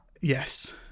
Yes